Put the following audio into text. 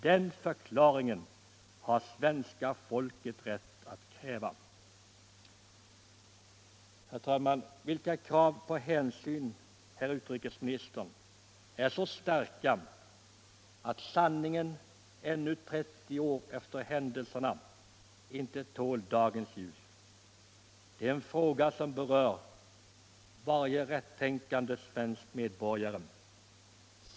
Den förklaringen har svenska folket rätt att kräva. Herr talman! Vilka krav på hänsyn, herr utrikesminister, är så starka att sanningen ännu 30 år efter händelserna inte tål dagens ljus? Det är en fråga som berör varje rättänkande svensk medborgare.